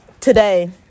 today